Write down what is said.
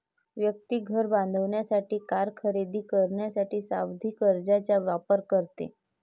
व्यक्ती घर बांधण्यासाठी, कार खरेदी करण्यासाठी सावधि कर्जचा वापर करते